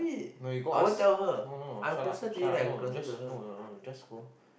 no you go ask no no shut up shut up no just no no just go